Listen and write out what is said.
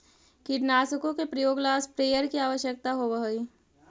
कीटनाशकों के प्रयोग ला स्प्रेयर की आवश्यकता होव हई